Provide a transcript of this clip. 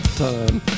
time